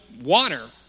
water